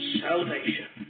salvation